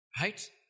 Right